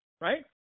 right